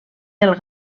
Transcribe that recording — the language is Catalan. del